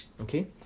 okay